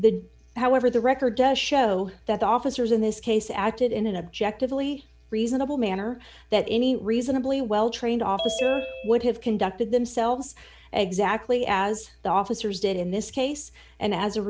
the however the record does show that the officers in this case acted in an objective only reasonable manner that any reasonably well trained officer would have conducted themselves exactly as the officers did in this case and as a